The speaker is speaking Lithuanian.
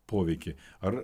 poveikį ar